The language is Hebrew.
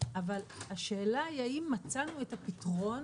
אבל השאלה היא האם מצאנו את הפתרון.